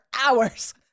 hours